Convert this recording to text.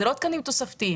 אלה לא תקנים תוספתיים.